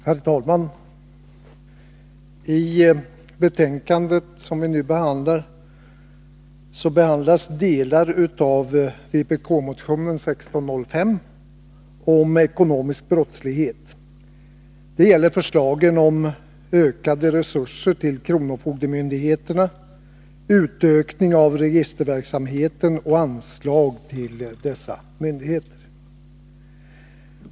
Herr talman! I det betänkande som vi nu diskuterar behandlas delar av vpk-motionen 1605 om ekonomisk brottslighet. Det gäller förslagen om ökade resurser till kronofogdemyndigheterna och en utökning av registerverksamheten samt anslaget till dessa myndigheter.